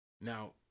Now